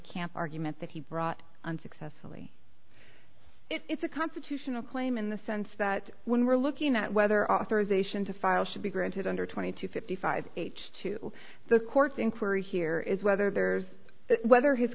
camp argument that he brought on successfully it's a constitutional claim in the sense that when we're looking at whether authorization to file should be granted under twenty two fifty five h two the court inquiry here is whether there's whether his